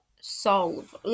Solve